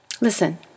Listen